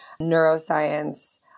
neuroscience